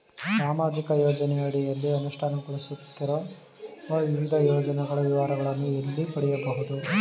ಸಾಮಾಜಿಕ ಯೋಜನೆಯ ಅಡಿಯಲ್ಲಿ ಅನುಷ್ಠಾನಗೊಳಿಸುತ್ತಿರುವ ವಿವಿಧ ಯೋಜನೆಗಳ ವಿವರಗಳನ್ನು ಎಲ್ಲಿ ಪಡೆಯಬಹುದು?